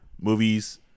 movies